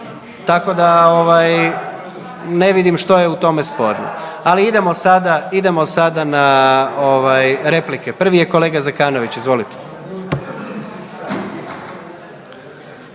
Tako da ovaj ne vidim što je u tome sporno. Ali idemo sada, idemo sada na ovaj replike. Prvi je kolega Zekanović, izvolite.